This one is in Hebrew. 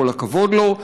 כל הכבוד לו,